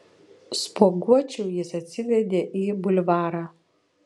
spuoguočių jis atsivedė į bulvarą